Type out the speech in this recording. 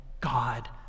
God